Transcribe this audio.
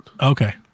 Okay